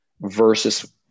versus